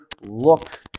look